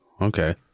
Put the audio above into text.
Okay